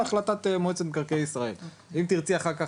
זו החלטת מועצת מקרקעי ישראל ואם תרצי אחר כך,